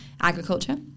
agriculture